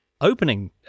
opening